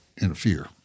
interfere